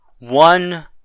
One